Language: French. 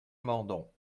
mandon